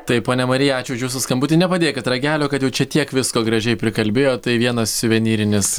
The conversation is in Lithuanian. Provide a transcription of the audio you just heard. taip ponia marija ačiū už jūsų skambutį nepadėkit ragelio kad jau čia tiek visko gražiai prikalbėjo tai vienas suvenerinis